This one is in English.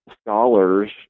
scholars